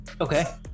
Okay